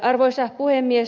arvoisa puhemies